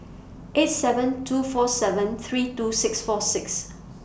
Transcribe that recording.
eight seven two four seven three two six four six